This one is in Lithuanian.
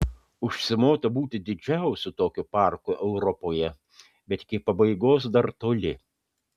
užsimota būti didžiausiu tokiu parku europoje bet iki pabaigos dar toli